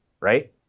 right